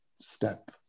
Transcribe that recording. step